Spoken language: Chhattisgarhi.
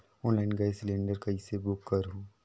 ऑनलाइन गैस सिलेंडर कइसे बुक करहु?